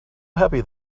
happy